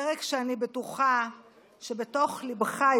פרק שאני בטוחה שבתוך ליבך,